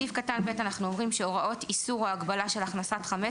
בסעיף קטן (ב) אנחנו אומרים שהוראות איסור או הגבלה של הכנסת חמץ